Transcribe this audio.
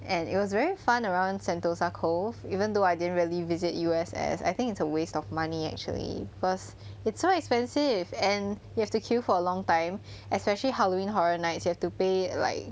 and it was very fun around sentosa cove even though I didn't really visit U_S_S I think it's a waste of money actually because it's so expensive and you have to queue for a long time especially halloween horror nights you have to pay like